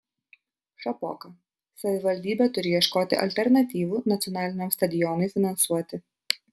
šapoka savivaldybė turi ieškoti alternatyvų nacionaliniam stadionui finansuoti